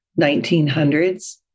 1900s